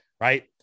right